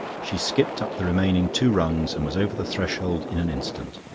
she skipped up the remaining two rungs and was over the threshold in an instant.